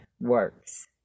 works